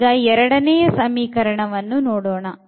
ಈಗ ಎರಡನೇ ಸಮೀಕರಣವನ್ನು ನೋಡೋಣ